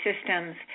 systems